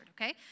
okay